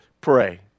pray